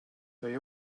they